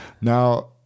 Now